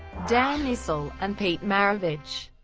dan issel, and pete maravich.